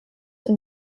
and